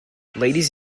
ladies